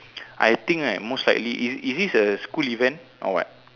I think right most likely is is this a school event or what